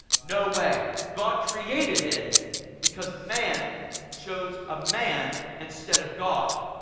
no way. god created it because man chose a man instead of god.